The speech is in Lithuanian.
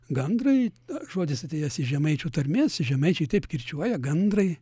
gandrai žodis atėjęs iš žemaičių tarmės žemaičiai taip kirčiuoja gandrai